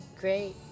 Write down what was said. great